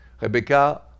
Rebecca